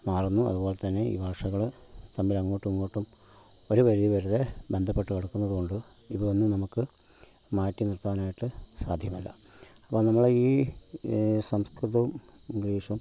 മാറുന്നു അതുപോലെ തന്നെ ഈ ഭാഷകള് തമ്മില് അങ്ങോട്ടും ഇങ്ങോട്ടും ഒരു പരിധിവരെ ബന്ധപ്പെട്ടു കിടക്കുന്നത് കൊണ്ട് ഇവയൊന്നും നമുക്ക് മാറ്റി നിര്ത്താനായിട്ട് സാധ്യമല്ല അപ്പോൾ നമ്മളുടെ ഈ സംസ്കൃതവും ഇംഗ്ലീഷും